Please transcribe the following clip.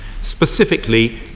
specifically